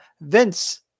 Vince